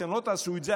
אתם לא תעשו את זה,